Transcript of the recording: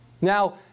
Now